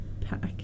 pack